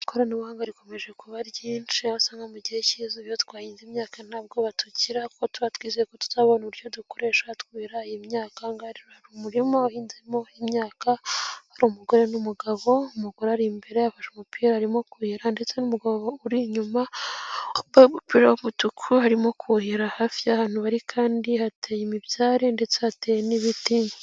Ikoranabuhanga rikomeje kuba ryinshi aho usanga mu gihe cy'izuba iyo twahinze imyaka ntabwo batukira, kuko tuba twizeye ko tuzabona uburyo dukoresha twuhira imyaka. Ahangaha rero hari umurima uhnzemo imyaka hari umugore n'umugabo, umugore ari imbere yafashe umupira arimo kuhira, ndetse n'umugabo uri inyuma wambaye umupira w'umutuku arimo kuhira, hafi yahantu bari kandi hateye imibyare ndetse hateye n'ibiti.